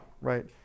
right